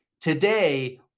Today